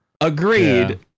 Agreed